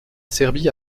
serbie